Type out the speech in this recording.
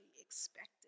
expected